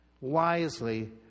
wisely